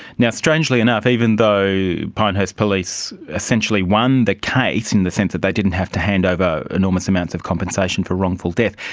yeah strangely enough, even though pinehurst police essentially won the case in the sense that they didn't have to hand over enormous amounts of compensation for wrongful death,